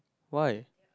why